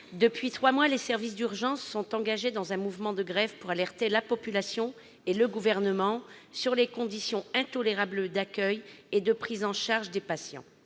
Depuis trois mois, les services d'urgence sont engagés dans un mouvement de grève pour alerter la population et le Gouvernement sur les conditions intolérables d'accueil et de prises en charge des patients.